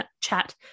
chat